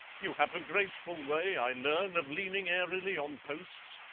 you have a graceful way, i learn, of leaning airily on posts,